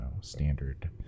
standard